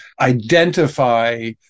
identify